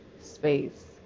space